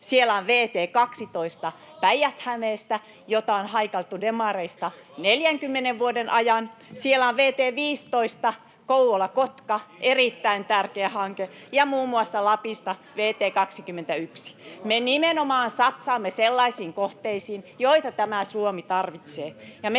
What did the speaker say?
Siellä on vt 12 Päijät-Hämeestä, jota on haikailtu demareista 40 vuoden ajan. Siellä on vt 15, Kouvola—Kotka, erittäin tärkeä hanke, ja muun muassa Lapista vt 21. [Eduskunnasta: Missä rahat? — Hälinää] Me nimenomaan satsaamme sellaisiin kohteisiin, joita Suomi tarvitsee,